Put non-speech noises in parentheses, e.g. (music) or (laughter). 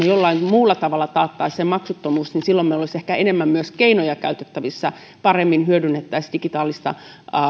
(unintelligible) jollain muulla tavalla takaisimme maksuttomuuden silloin meillä olisi ehkä enemmän myös keinoja käytettävissä paremmin hyödynnettäisiin digitaalista